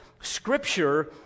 Scripture